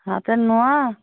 হাতের নোয়া